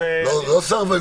אז אין אישור.